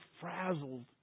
frazzled